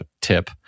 Tip